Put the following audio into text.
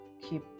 keep